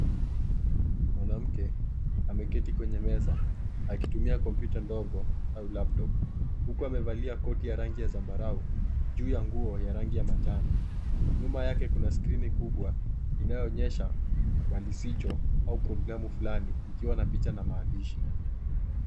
Mwanamke ameketi kwenye meza akitumia kompyuta ndogo au laptop huku amevalia koti ya rangi ya zambarau juu ya nguo ya rangi ya manjano. Nyuma yake kuna skrini kubwa inayoonyesha walisicho au programu fulani ikiwa na picha na maandishi.